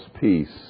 peace